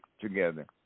together